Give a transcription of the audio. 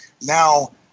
now